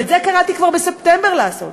ואת זה קראתי כבר בספטמבר לעשות,